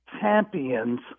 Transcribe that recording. champions